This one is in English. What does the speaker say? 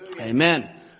Amen